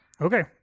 Okay